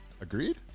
Agreed